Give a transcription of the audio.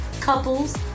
couples